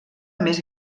més